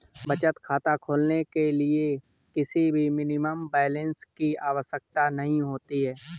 बचत खाता खोलने के लिए किसी भी मिनिमम बैलेंस की आवश्यकता नहीं होती है